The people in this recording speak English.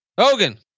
Hogan